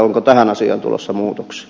onko tähän asiaan tulossa muutoksia